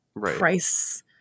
price